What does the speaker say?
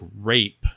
rape